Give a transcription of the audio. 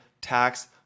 tax